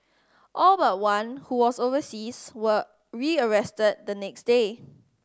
all but one who was overseas were rearrested the next day